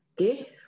Okay